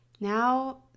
Now